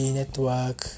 network